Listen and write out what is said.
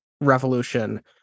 revolution